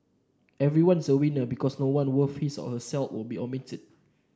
everyone's a winner because no one worth his or her salt will be omitted